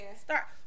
start